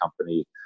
company